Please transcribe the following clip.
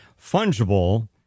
fungible